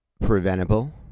preventable